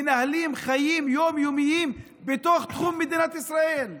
מנהלים חיים יום-יומיים בתוך תחום מדינת ישראל.